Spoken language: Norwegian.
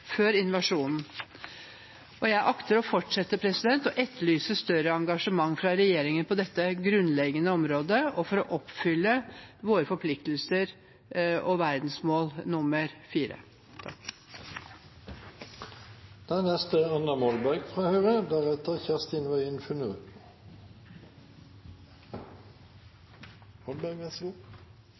invasjonen, og jeg akter å fortsette å etterlyse større engasjement fra regjeringen på dette grunnleggende området og for å oppfylle våre forpliktelser og verdensmål nr. 4. Anstendig arbeid og økonomisk vekst er